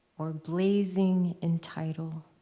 or blazing in title.